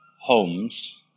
homes